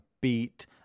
beat